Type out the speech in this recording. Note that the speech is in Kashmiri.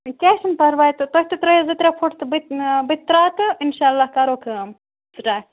کیٚنٛہہ چھُنہٕ پرواے تہٕ تُہۍ تہِ ترٲیِو زٕ ترٛےٚ فُٹ تہٕ بہٕ تہِ بہٕ تہِ ترٛاوٕ تہٕ اِنشاء اللہ کَرو کٲم سِٹاٹ